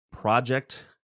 project